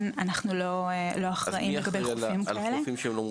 אנחנו לא אחראים על חופים כאלה.